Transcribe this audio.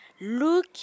Look